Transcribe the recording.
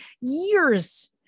years